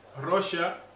Russia